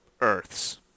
Earths